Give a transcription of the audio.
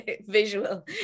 visual